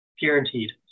Guaranteed